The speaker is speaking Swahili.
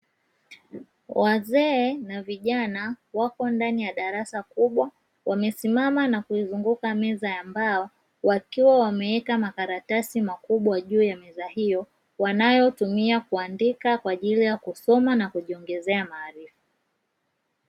Wazee na vijana wako ndani ya darasa kubwa, wamesimama na kuizunguka meza ya mbao, wakiwa wameweka makaratasi makubwa juu ya meza hiyo, wanayotumia kuandika kwa ajili ya kusoma na kujiongezea maarifa.